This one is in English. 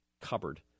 cupboard